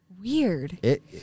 weird